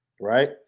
right